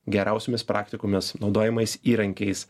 geriausiomis praktikomis naudojamais įrankiais